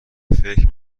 فکر